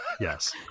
Yes